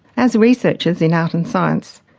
as researchers, in art and science,